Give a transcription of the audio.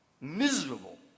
Miserable